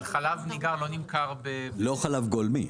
אבל חלב ניגר לא נמכר --- לא חלב גולמי.